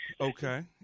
Okay